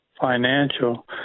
financial